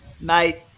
Mate